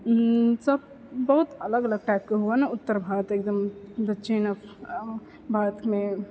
सब बहुत अलग अलग टाइपके हुए ने उत्तर भारत एगदम दच्छिण भारतमे